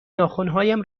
ناخنهایم